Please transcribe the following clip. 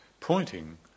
pointing